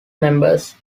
members